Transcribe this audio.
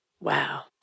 Wow